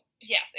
yes